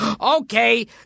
Okay